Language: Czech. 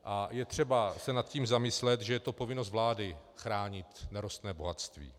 A je třeba se nad tím zamyslet, že je to povinnost vlády chránit nerostné bohatství.